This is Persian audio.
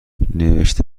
نوشته